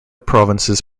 provinces